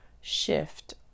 shift